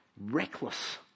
reckless